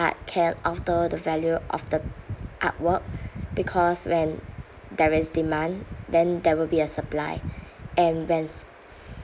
art killed after the value of the artwork because when there is demand then there will be a supply and when